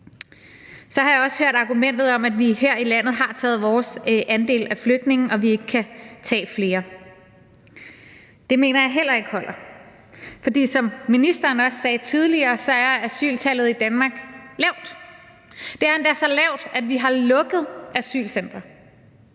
Så har jeg også hørt argumentet om, at vi her i landet har taget vores andel af flygtninge, og at vi ikke kan tage flere. Det mener jeg heller ikke holder, for som ministeren også sagde tidligere, er asyltallet i Danmark lavt. Det er endda så lavt, at vi har lukket asylcentre.